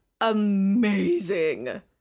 amazing